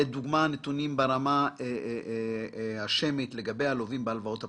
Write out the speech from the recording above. לדוגמא נתונים ברמה השמית לגבי הלווים בהלוואות הפרטיות.